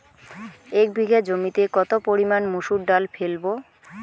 এক বিঘে জমিতে কত পরিমান মুসুর ডাল ফেলবো?